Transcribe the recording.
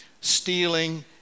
stealing